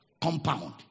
compound